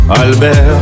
Albert